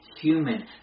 human